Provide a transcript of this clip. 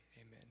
Amen